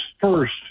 first